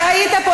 אז אתה היית פה,